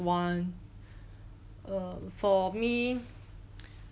one err for me